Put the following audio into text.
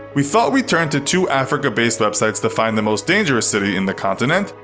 we thought we'd turn to two africa-based websites to find the most dangerous city in the continent.